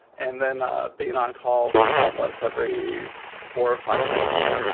and then ah being on call um once every four, five weeks.